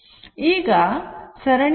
ಈಗ ಸರಣಿ RC circuit ಅನ್ನು ನೋಡೋಣ